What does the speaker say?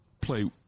play